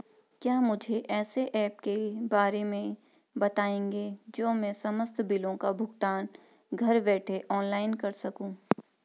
क्या मुझे ऐसे ऐप के बारे में बताएँगे जो मैं समस्त बिलों का भुगतान घर बैठे ऑनलाइन कर सकूँ?